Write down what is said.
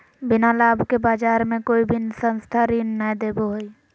बिना लाभ के बाज़ार मे कोई भी संस्था ऋण नय देबो हय